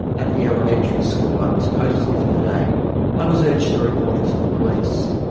at the elementary school i was posted for the day i was urged to report it to the police.